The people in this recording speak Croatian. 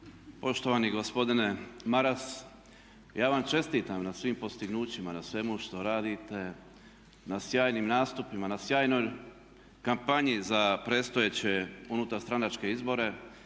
Poštovani gospodine Maras, ja vam čestitam na svim postignućima, na svemu što radite, na sjajnim nastupima, na sjajnoj kampanji za predstojeće unutarstranačke izbore